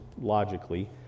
logically